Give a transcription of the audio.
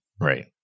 Right